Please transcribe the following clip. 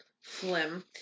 Flim